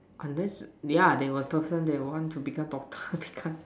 unless yeah they were person they want to become doctor they can't